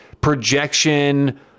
projection